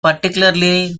particularly